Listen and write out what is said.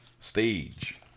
Stage